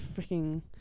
freaking